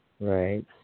Right